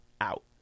out